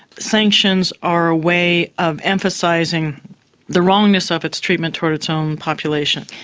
sanctions are a way of emphasising the wrongness of its treatment toward its own population.